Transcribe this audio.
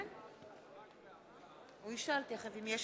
לא יכול לומר לבן-אדם כמה זמן הוא יכול להישאר בקלפי.